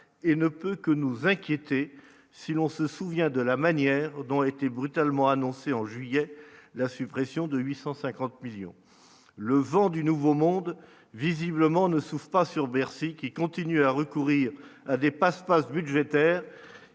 et ne peut que nous inquiéter, si l'on se souvient de la manière dont a été brutalement annoncé en juillet la suppression de 850 millions le vent du Nouveau Monde, visiblement, ne souffrent pas sur Bercy qui continuent à recourir avait passe passe budgétaire